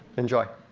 enjoy,